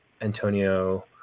antonio